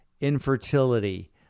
infertility